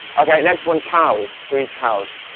okay next one cows, who eats cows